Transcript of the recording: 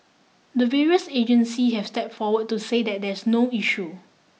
the various agencies have step forward to say that there's no issue